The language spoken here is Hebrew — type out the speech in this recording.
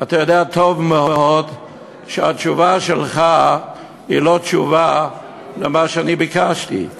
אתה יודע טוב מאוד שהתשובה שלך היא לא התשובה על מה שאני ביקשתי.